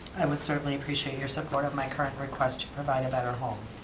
i would certainly appreciate your support of my current request to provide a better home.